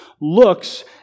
looks